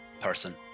person